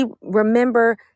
remember